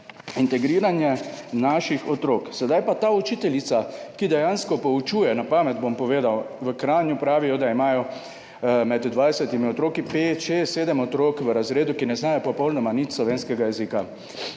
integriranje naših otrok. Sedaj pa ta učiteljica, ki dejansko poučuje, na pamet bom povedal, v Kranju pravijo, da imajo med 20 otroki pet, šest, sedem otrok v razredu, ki ne znajo popolnoma nič slovenskega jezika,